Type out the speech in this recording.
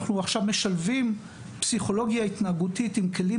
אנחנו גם משלבים פסיכולוגיה התנהגותית עם כלים